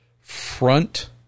front